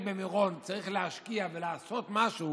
במירון והוא צריך להשקיע ולעשות משהו,